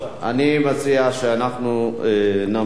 אני מציע שאנחנו נמשיך